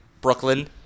Brooklyn